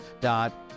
dot